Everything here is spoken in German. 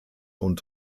und